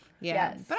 Yes